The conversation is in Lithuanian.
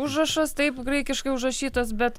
užrašas taip graikiškai užrašytas bet